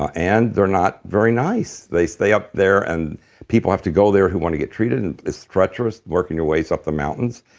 ah and they're not very nice they stay up there, and people have to go there who want to get treated, and it's treacherous working your ways up the mountains,